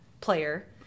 player